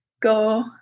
go